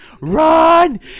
run